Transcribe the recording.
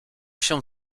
się